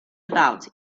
about